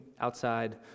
outside